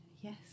Yes